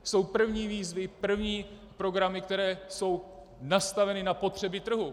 Jsou první výzvy, první programy, které jsou nastaveny na potřeby trhu.